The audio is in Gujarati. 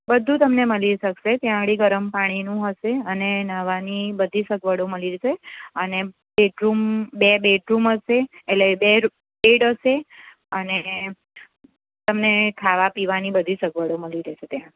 બધું તમને મળી શકશે ત્યાં આગળ ગરમ પાણીનું હશે અને નહાવાની બધી સગવડો મળી જશે અને બેડરૂમ બે બેડરૂમ હશે એટલે બે બેડ હશે અને તમને ખાવા પીવાની બધી સગવડો મળી રહેશે ત્યાં